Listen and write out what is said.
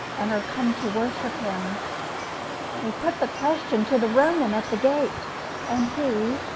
and are come to worship him they put the question to the roman at the gate and he,